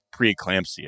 preeclampsia